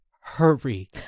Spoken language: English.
hurry